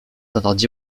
interdit